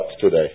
today